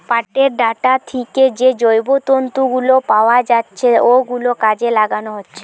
পাটের ডাঁটা থিকে যে জৈব তন্তু গুলো পাওয়া যাচ্ছে ওগুলো কাজে লাগানো হচ্ছে